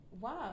Wow